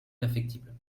perfectible